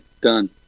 Done